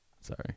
Sorry